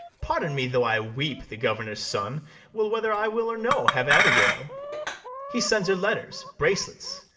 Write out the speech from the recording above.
pardon me though i weep the governor's son will, whether i will or no, have abigail he sends her letters, bracelets,